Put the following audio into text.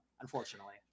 unfortunately